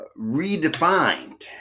redefined